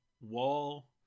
wall